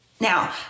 Now